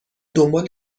دنبال